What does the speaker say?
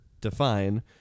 define